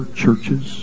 churches